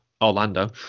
Orlando